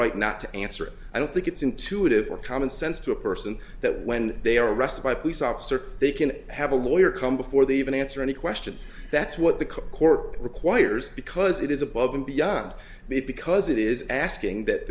not to answer i don't think it's intuitive or common sense to a person that when they are arrested by police officer they can have a lawyer come before they even answer any questions that's what the court requires because it is above and beyond it because it is asking that